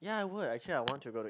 ya I would actually I want to go to